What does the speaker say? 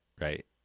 right